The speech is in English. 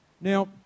Now